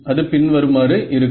அது பின்வருமாறு இருக்கும்